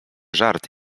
żart